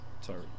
Sorry